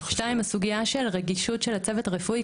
שנית, הסוגיה של הרגישות של הצוות הרפואי.